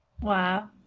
Wow